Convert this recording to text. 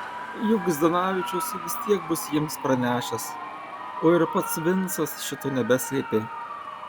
juk zdanavičius vis tiek bus jiems pranešęs o ir pats vincas šito nebeslėpė